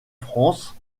france